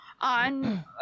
On